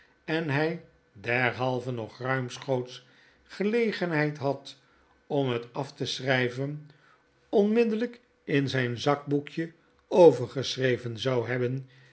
en hy derhalve nog ruimschoots gelegenheid had om het af te schryven onmiddellyk in zyn zakboekje overgeschreven zou hebben